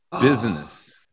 Business